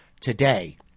today